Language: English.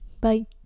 bye